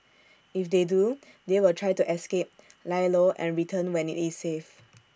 if they do they will try to escape lie low and return when IT is safe